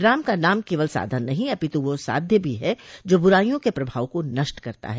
राम का नाम केवल साधन नहीं अपितु वह साध्य भी है जो बुराइयों के प्रभाव को नष्ट करता है